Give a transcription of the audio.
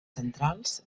centrals